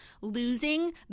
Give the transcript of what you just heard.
losing